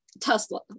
Tesla